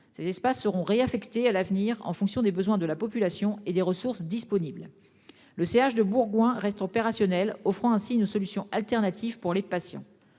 ces espaces seront réaffectés à l'avenir en fonction des besoins de la population et des ressources disponibles. Le CH de Bourgoin reste opérationnel, offrant ainsi une solution alternative pour les patients.